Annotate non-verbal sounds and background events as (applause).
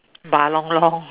buah-long-long (laughs)